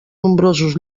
nombrosos